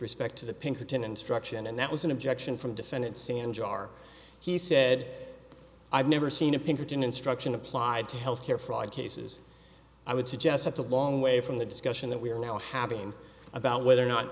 respect to the pinkerton instruction and that was an objection from defendant sam jar he said i've never seen a pinkerton instruction applied to health care fraud cases i would suggest such a long way from the discussion that we're now having about whether or not